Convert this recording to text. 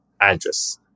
address